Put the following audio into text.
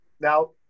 now